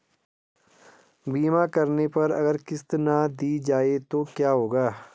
बीमा करने पर अगर किश्त ना दी जाये तो क्या होगा?